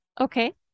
Okay